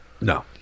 No